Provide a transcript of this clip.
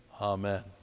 Amen